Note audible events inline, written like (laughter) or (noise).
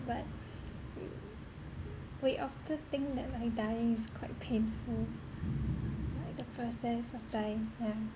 but (noise) we we often think that like dying is quite painful like the process of dying yeah